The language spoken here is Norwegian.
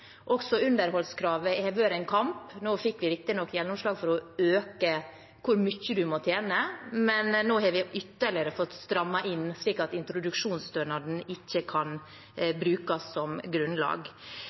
Også underholdskravet har vært en kamp. Nå fikk vi riktignok gjennomslag for å øke hvor mye man må tjene, men nå har vi fått strammet ytterligere inn, slik at introduksjonsstønaden ikke kan